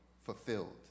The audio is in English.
fulfilled